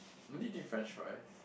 no eating french fries